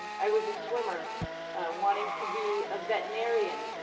i was a swimmer wanting to be a veterinarian,